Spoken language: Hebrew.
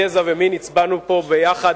גזע ומין הצבענו פה ביחד,